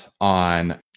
on